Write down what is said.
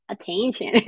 attention